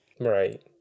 Right